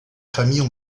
familles